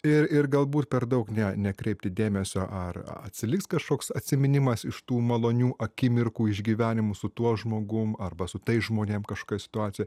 ir ir galbūt per daug ne nekreipti dėmesio ar atsiliks kažkoks atsiminimas iš tų malonių akimirkų išgyvenimų su tuo žmogum arba su tais žmonėm kažkas situacija